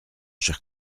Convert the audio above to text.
cher